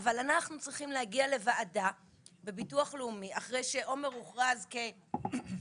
אבל אנחנו צריכים להגיע לוועדה בביטוח לאומי אחרי שעומר הוכרז כבריא